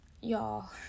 y'all